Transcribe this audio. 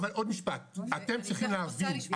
אבל עוד משפט, אתם צריכים להבין,